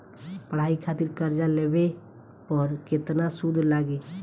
पढ़ाई खातिर कर्जा लेवे पर केतना सूद लागी?